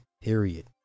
period